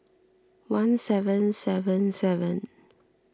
one seven seven seven